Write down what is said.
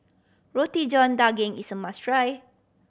Roti John Daging is a must try